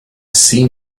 sea